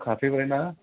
कासिबारि ना